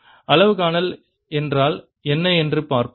அளவு காணல் என்றால் என்ன என்று பார்ப்போம்